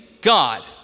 God